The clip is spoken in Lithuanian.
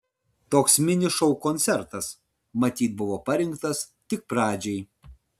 toks mini šou koncertas matyt buvo parinktas tik pradžiai